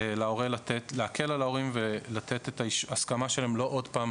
כדי להקל על ההורים ולא לתת את ההסכמה שלהם עוד פעם